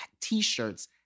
t-shirts